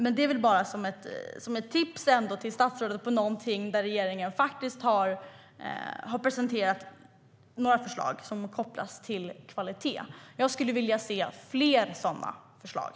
Men det var bara ett tips till statsrådet om ett område där regeringen faktiskt har presenterat några förslag kopplade till kvalitet. Jag skulle vilja se fler sådana förslag.